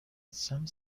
some